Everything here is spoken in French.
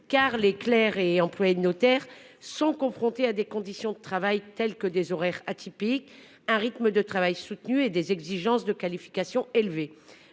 car les clercs et employés de notaires sont confrontés à des conditions de travail particulières : horaires atypiques, rythme de travail soutenu, en plus de l'exigence de qualifications élevées.